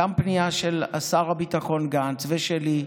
פנייה גם של שר הביטחון גנץ וגם שלי: